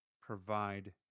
provide